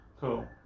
Cool